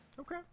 Okay